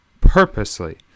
purposely